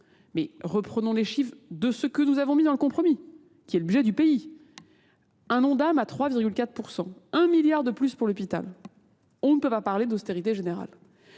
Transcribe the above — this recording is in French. Mais reprenons les chiffres de ce que nous avons mis dans le compromis, qui est le budget du pays. Un nom d'âme à 3,4%. Un milliard de plus pour l'hôpital. On ne peut pas parler d'austérité générale.